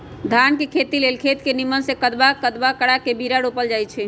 धान के खेती लेल खेत के निम्मन से कदबा करबा के बीरा रोपल जाई छइ